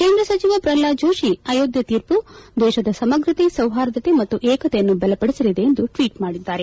ಕೇಂದ್ರ ಸಚಿವ ಪ್ರಹ್ಲಾದ್ ಜೋಷಿ ಅಯೋಧ್ಯೆ ತೀರ್ಮ ದೇಶದ ಸಮಗ್ರತೆ ಸೌಹಾರ್ದತೆ ಮತ್ತು ಏಕತೆಯನ್ನು ಬಲಪಡಿಸಲಿದೆ ಎಂದು ಟ್ವೀಟ್ ಮಾಡಿದ್ದಾರೆ